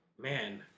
man